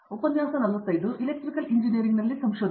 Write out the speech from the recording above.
ದೀಪಾ ವೆಂಕಟೇಶ್ ಹೌದು